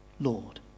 Lord